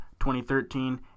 2013